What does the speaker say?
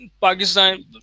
Pakistan